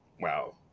wow